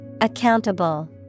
Accountable